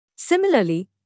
Similarly